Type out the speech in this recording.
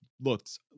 looked